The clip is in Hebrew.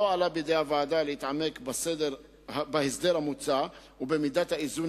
לא עלה בידי הוועדה להתעמק בהסדר המוצע ובמידת האיזון